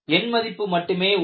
எண் மதிப்பு மட்டுமே உண்டு